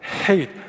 hate